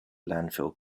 landfill